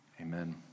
Amen